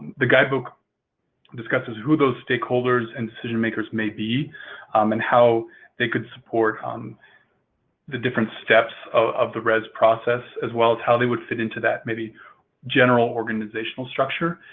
the guidebook discusses who those stakeholders and decision makers may be um and how they could support um the different steps of the rez process as well as how they would fit into that maybe general organizational structure.